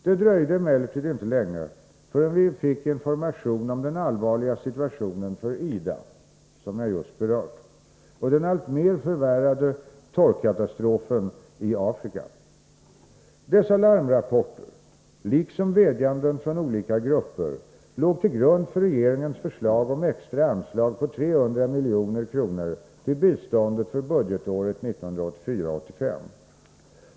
Det dröjde emellertid inte länge förrän vi fick information om den allvarliga situationen för IDA, som jag just berört, och den alltmer förvärrade torkkatastrofen i Afrika. Dessa larmrapporter liksom vädjanden från olika grupper låg till grund för regeringens förslag om extra anslag på 300 milj.kr. till biståndet för budgetåret 1984/85.